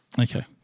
Okay